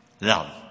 love